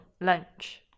Lunch